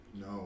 No